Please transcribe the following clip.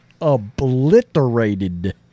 obliterated